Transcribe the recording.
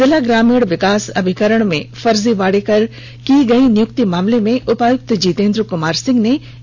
जिला ग्रामीण विकास अभिकरण में फर्जीवाड़ा कर की गई नियुक्ति मामले में उपायुक्त जितें द्र कुमार सिंह ने यह कार्रवाई की